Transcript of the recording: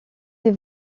des